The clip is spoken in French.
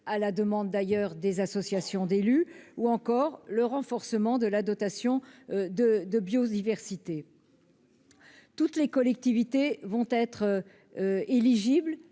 à la demande des associations d'élus, ou encore le renforcement de la dotation de biodiversité. Toutes les collectivités seront éligibles